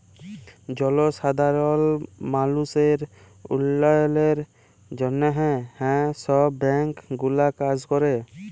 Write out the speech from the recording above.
জলসাধারল মালুসের উল্ল্যয়লের জ্যনহে হাঁ ছব ব্যাংক গুলা কাজ ক্যরে